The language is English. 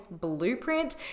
Blueprint